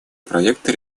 проекта